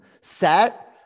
Set